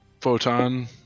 Photon